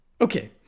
Okay